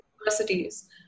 universities